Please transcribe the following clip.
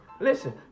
listen